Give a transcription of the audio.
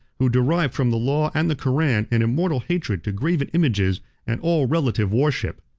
who derived from the law and the koran an immortal hatred to graven images and all relative worship.